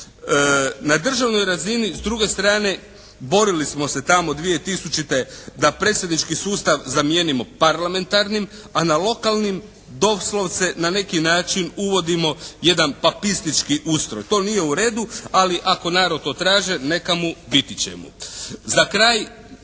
Na državnoj razini s druge strane borili smo se tamo 2000. da predsjednički sustav zamijenimo parlamentarnim, a na lokalnim doslovce na neki način uvodimo jedan papistički ustroj. To nije u redu. Ali ako narod to traži, neka mu, biti će mu.